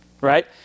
Right